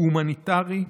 הוא הומניטרי,